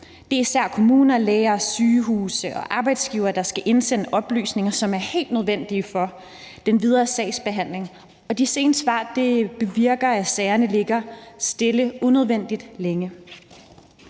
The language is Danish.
Det er især kommuner, læger, sygehuse og andre arbejdsgivere, der skal indsende oplysninger, som er helt nødvendige for den videre sagsbehandling, og de sene svar bevirker, at sagerne ligger stille unødvendigt længe.